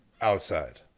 outside